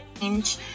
change